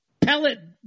pellet